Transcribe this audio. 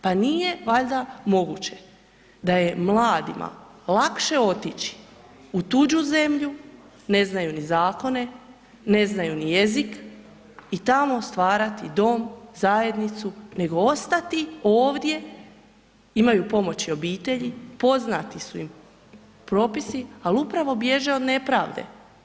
Pa nije valjda moguće da je mladima lakše otići u tuđu zemlju, ne znaju ni zakone, ne znaju ni jezik i tamo stvarati dom, zajednicu, nego ostati ovdje, imaju pomoć i obitelji, poznati su im propisi, ali upravo bježe od nepravde.